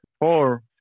four